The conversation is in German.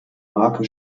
marke